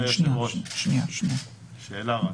אדוני היושב-ראש, שאלת הבהרה.